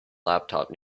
laptop